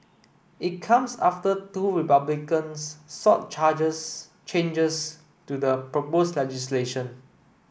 it comes after two Republicans sought charges changes to the proposed legislation